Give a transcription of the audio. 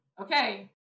Okay